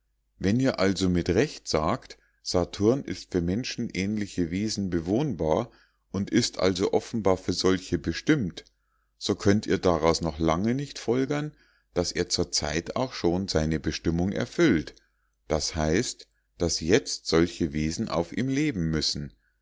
wenn ihr also mit recht sagt saturn ist für menschenähnliche wesen bewohnbar und ist also offenbar für solche bestimmt so könnt ihr daraus noch lange nicht folgern daß er zur zeit auch schon seine bestimmung erfüllt das heißt daß jetzt solche wesen auf ihm leben müssen